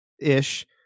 ish